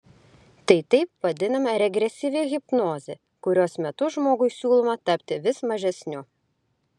tai taip vadinama regresyvi hipnozė kurios metu žmogui siūloma tapti vis mažesniu